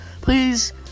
Please